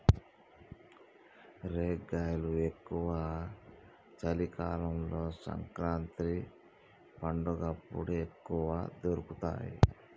రేగ్గాయలు ఎక్కువ చలి కాలం సంకురాత్రి పండగప్పుడు ఎక్కువ దొరుకుతాయి